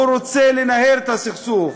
הוא רוצה לנהל את הסכסוך.